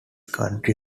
county